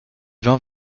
vint